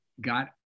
got